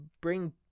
Bring